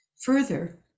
Further